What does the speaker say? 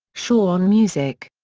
shaw on music.